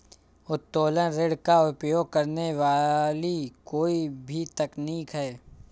उत्तोलन ऋण का उपयोग करने वाली कोई भी तकनीक है